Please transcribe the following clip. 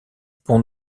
pont